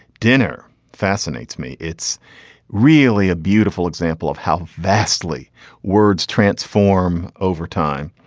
dinner fascinates me. it's really a beautiful example of how vastly words transform over time.